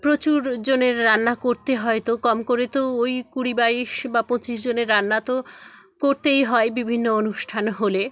প্রচুরজনের রান্না করতে হয় তো কম করে তো ওই কুড়ি বাইশ বা পঁচিশজনের রান্না তো করতেই হয় বিভিন্ন অনুষ্ঠান হলে